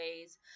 ways